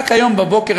רק היום בבוקר,